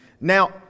Now